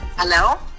hello